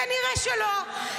כנראה שלא.